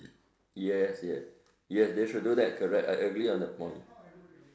yes yes yes they should do that correct I agree on the point